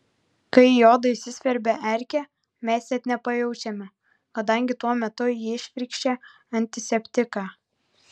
kai į odą įsiskverbia erkė mes net nepajaučiame kadangi tuo metu ji įšvirkščia antiseptiką